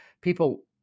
People